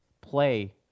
play